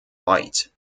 white